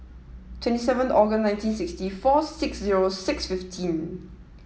twenty seven Aug nineteen sixty four six zero six fifteen